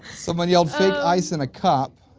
somebody yelled fake ice in a cup.